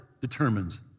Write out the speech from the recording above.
determines